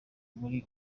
muri